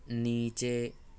نیچے